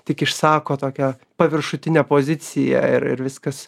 tik išsako tokią paviršutinę poziciją ir ir viskas